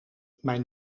mijn